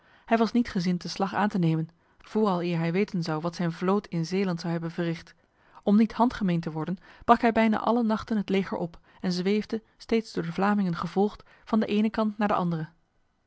hij was niet gezind de slag aan te nemen vooraleer hij weten zou wat zijn vloot in zeeland zou hebben verricht om niet handgemeen te worden brak hij bijna alle nachten het leger op en zweefde steeds door de vlamingen gevolgd van de ene kant naar de andere